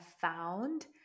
found